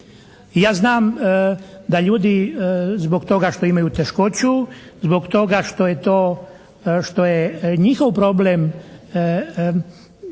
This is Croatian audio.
ja znam da ljudi zbog toga što imaju teškoću, zbog toga što je to, što je